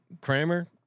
Kramer